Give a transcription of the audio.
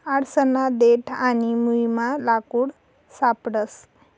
आडसना देठ आणि मुयमा लाकूड सापडस